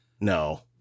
No